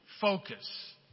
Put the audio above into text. focus